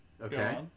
Okay